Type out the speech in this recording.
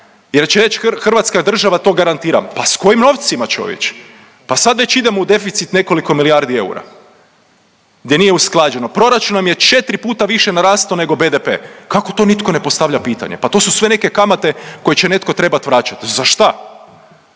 Jer će reći hrvatska država to garantira. Pa sa kojim novcima čovječe? Pa sad već idemo u deficit nekoliko milijardi eura, gdje nije usklađeno. Proračun nam je četiri puta više narastao nego BDP. Kako to nitko ne postavlja pitanje? Pa to su sve neke kamate koje će netko trebat vraćat? Za šta?